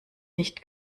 nicht